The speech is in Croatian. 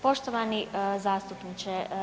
Poštovani zastupniče.